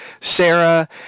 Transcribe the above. sarah